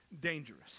dangerous